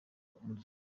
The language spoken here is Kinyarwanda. umuryango